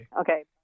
Okay